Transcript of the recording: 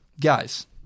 Guys